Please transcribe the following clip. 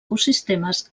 ecosistemes